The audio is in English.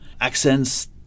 accents